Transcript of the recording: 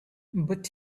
but